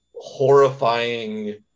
horrifying